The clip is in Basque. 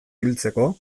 hiltzeko